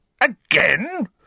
Again